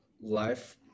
life